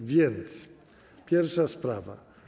A więc pierwsza sprawa.